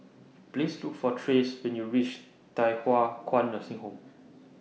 Please Look For Trace when YOU REACH Thye Hua Kwan Nursing Home